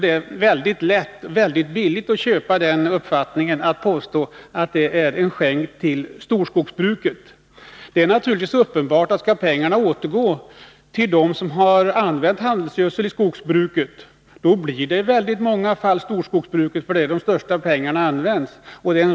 Det är väldigt billigt att hävda den uppfattningen, att det skulle vara en skänk till storskogsbruket. Det är uppenbart att om avgifterna skall återgå till dem som har använt handelsgödsel inom skogsbruket, då blir det i många fall fråga om just storskogsbruket, ty det är där man får de största avgifterna.